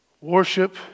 worship